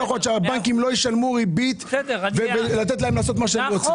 לא יכול להיות שהבנקים לא ישלמו ריבית ולתת להם לעשות מה שהם רוצים.